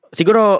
siguro